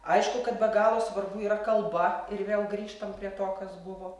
aišku kad be galo svarbu yra kalba ir vėl grįžtam prie to kas buvo